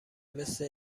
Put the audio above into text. مثل